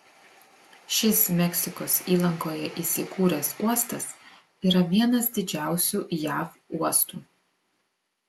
šis meksikos įlankoje įsikūręs uostas yra vienas didžiausių jav uostų